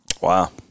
Wow